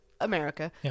America